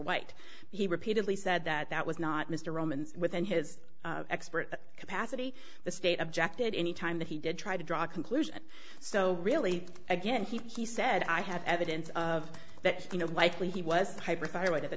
white he repeatedly said that that was not mr romans with in his expert capacity the state objected any time that he did try to draw a conclusion so really again he said i had evidence of that you know likely he was hyperthyroid at the